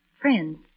Friends